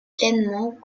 pleinement